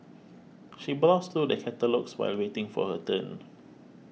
she browsed through the catalogues while waiting for her turn